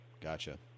Gotcha